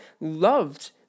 loved